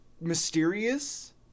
mysterious